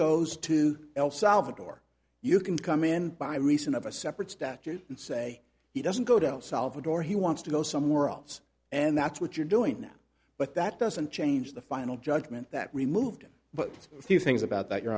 goes to el salvador you can come in by reason of a separate statute and say he doesn't go down salvador he wants to go somewhere else and that's what you're doing now but that doesn't change the final judgment that removed him but a few things about that you